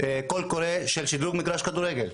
קול קורא של שדרוג מגרש כדורגל.